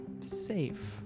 Safe